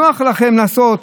נוח לכם לעשות